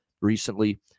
Recently